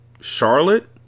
Charlotte